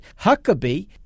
Huckabee